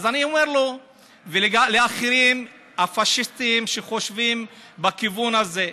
אז אני אומר לו ולאחרים הפאשיסטים שחושבים בכיוון הזה: